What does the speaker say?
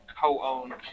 co-owned